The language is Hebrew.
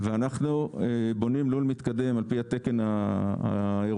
ואנחנו בונים לול מתקדם על פי התקן האירופי.